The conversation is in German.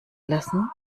lassen